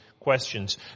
questions